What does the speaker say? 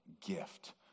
gift